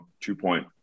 two-point